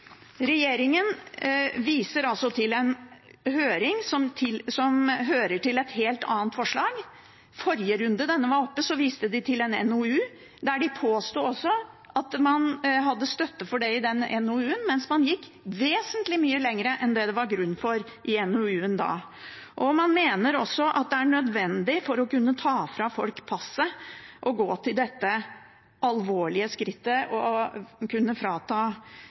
Regjeringen viser til en høring som hører til et helt annet forslag. Forrige runde dette var oppe, viste de til en NOU. De påstod at man hadde støtte for det i den NOU-en, mens man gikk vesentlig mye lenger enn det var grunn for i NOU-en da. Man mener også at det er nødvendig for å kunne ta fra folk passet å gå til dette alvorlige skrittet å kunne frata